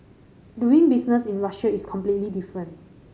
doing business in Russia is completely different